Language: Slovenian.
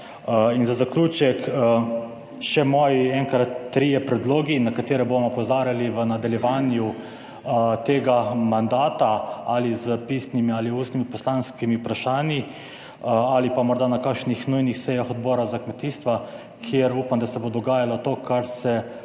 In za zaključek še moji enkrat trije predlogi na katere bomo opozarjali v nadaljevanju tega mandata ali s pisnimi ali ustnimi poslanskimi vprašanji ali pa morda na kakšnih nujnih sejah Odbora za kmetijstvo, kjer upam, da se ne bo dogajalo to, kar se